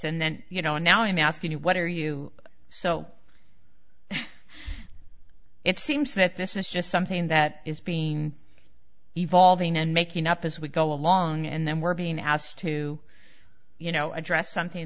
and then you know now i'm asking you what are you so it seems that this is just something that is being evolving and making up as we go along and then we're being asked to you know address something